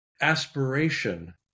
aspiration